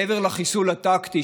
מעבר לחיסול הטקטי,